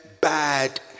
bad